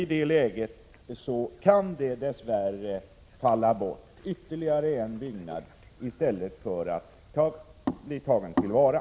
I det läget kan det dess värre falla bort ytterligare en byggnad i stället för att den tas till vara.